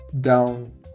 down